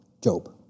Job